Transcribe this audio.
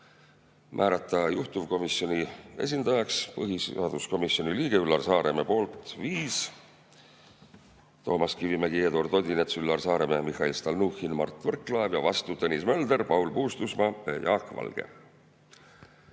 Määrata juhtivkomisjoni esindajaks põhiseaduskomisjoni liige Üllar Saaremäe, poolt oli 5: Toomas Kivimägi, Eduard Odinets, Üllar Saaremäe, Mihhail Stalnuhhin ja Mart Võrklaev, ning vastu olid Tõnis Mölder, Paul Puustusmaa ja Jaak Valge.